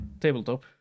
tabletop